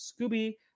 Scooby